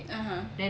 (uh huh)